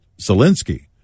Zelensky